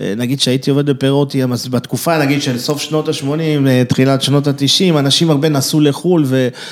נגיד שהייתי עובד בפירות ים, בתקופה נגיד של סוף שנות ה-80, תחילת שנות ה-90, אנשים הרבה נסעו לחול ו...